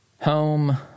home